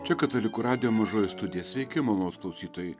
čia katalikų radijo mažoji studija sveiki malonūs klausytojai